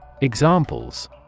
Examples